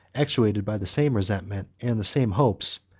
actuated by the same resentment and the same hopes,